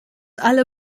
alle